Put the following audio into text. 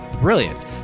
Brilliant